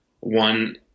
one